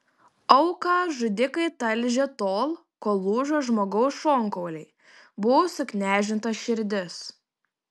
auką žudikai talžė tol kol lūžo žmogaus šonkauliai buvo suknežinta širdis